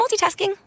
multitasking